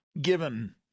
given